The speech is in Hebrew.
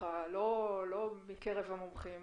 לא מקרב המומחים,